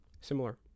similar